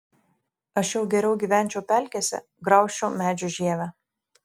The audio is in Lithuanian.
aš jau geriau gyvenčiau pelkėse graužčiau medžių žievę